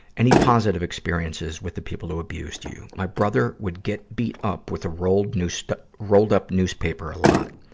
any positive experiences with the people who abused you? my brother would get beat up with a rolled-up newspaper rolled-up newspaper a lot.